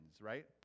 right